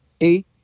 eight